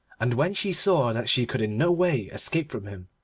and when she saw that she could in no way escape from him,